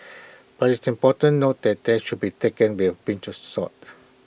but it's important note that there should be taken with A pinch of salt